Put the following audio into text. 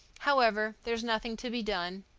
however, there's nothing to be done.